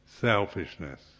selfishness